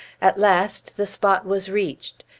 at last the spot was reached.